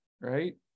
right